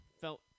Felt